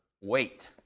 wait